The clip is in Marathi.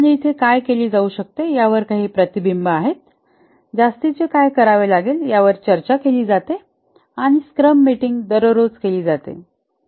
आणि इथे काय केले जाऊ शकते यावर काही प्रतिबिंब आहेत जास्तीचे काय करावे लागेल यावर चर्चा केली जाते आणि स्क्रम मीटिंग दररोज केली जाते